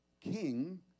king